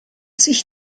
sich